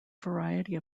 variety